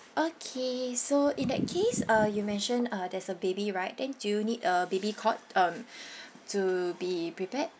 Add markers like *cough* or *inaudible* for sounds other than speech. okay so in that case uh you mention uh there's a baby right then do you need a baby cot um *breath* to be prepared